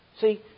See